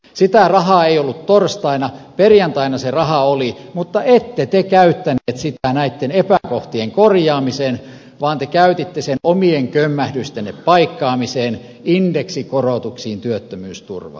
sitä rahaa ei ollut torstaina perjantaina se raha oli mutta ette te käyttäneet sitä näitten epäkohtien korjaamiseen vaan te käytitte sen omien köm mähdystenne paikkaamiseen indeksikorotuksiin työttömyysturvaan